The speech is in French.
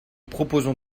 proposons